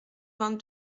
vingt